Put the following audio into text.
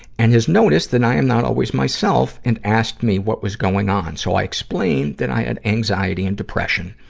and has noticed that i am not always myself and asked me what was going on. so i explained that i had anxiety and depression.